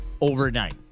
overnight